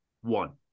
one